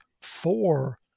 four